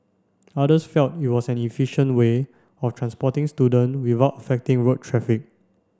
others felt it was an efficient way of transporting student without affecting road traffic